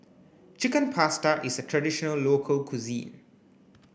Chicken Pasta is a traditional local cuisine